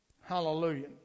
Hallelujah